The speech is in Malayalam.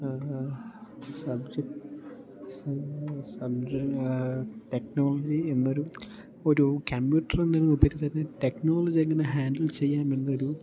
സബ്ജെ സബ്ജെ ടെക്നോളജി എന്നൊരു ഒരു കമ്പ്യൂട്ടർന്ന് ഉപരി തന്നെ ടെക്നോളജി എങ്ങനെ ഹാൻഡിൽ ചെയ്യാം എന്നൊരു